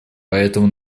поэтому